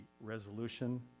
resolution